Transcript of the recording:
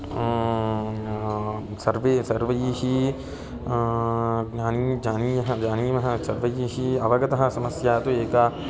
सर्वे सर्वैः जानिन् जानीयः जानीमः सर्वैः अवगतः समस्या तु एका